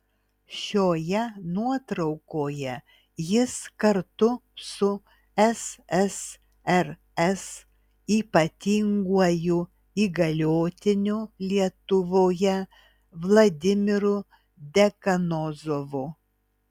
šioje nuotraukoje jis kartu su ssrs ypatinguoju įgaliotiniu lietuvoje vladimiru dekanozovu